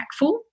impactful